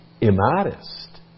immodest